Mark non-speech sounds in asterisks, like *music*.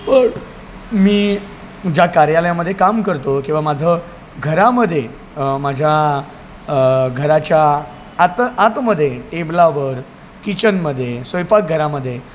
*unintelligible* मी ज्या कार्यालयामध्ये काम करतो किंवा माझं घरामध्ये माझ्या घराच्या आत आतमध्ये टेबलावर किचनमध्ये स्वयंपाकघरामध्ये